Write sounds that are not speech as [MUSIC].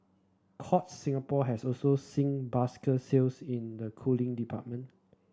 Courts Singapore has also seen [UNINTELLIGIBLE] sales in the cooling department